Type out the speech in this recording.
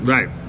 Right